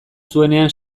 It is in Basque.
zuenean